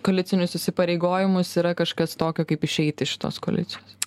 koalicinius įsipareigojimus yra kažkas tokio kaip išeiti iš šitos koalicijos